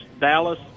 Dallas